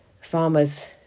farmer's